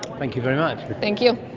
thank you very much. thank you.